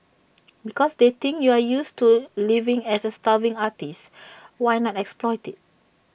because they think you're used to living as A starving artist why not exploit IT